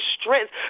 strength